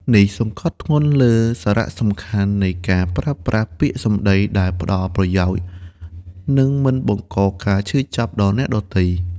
នេះសង្កត់ធ្ងន់លើសារៈសំខាន់នៃការប្រើប្រាស់សម្ដីដែលផ្ដល់ប្រយោជន៍ និងមិនបង្កការឈឺចាប់ដល់អ្នកដទៃ។